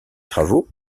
travaux